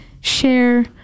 share